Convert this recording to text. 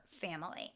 family